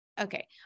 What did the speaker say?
Okay